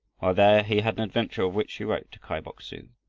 while there he had an adventure of which he wrote to kai bok-su.